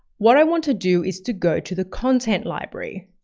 what i want to do is to go to the content library,